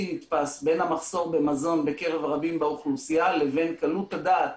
נתפס בין המחסור במזון בקרב רבים באוכלוסייה לבין קלות הדעת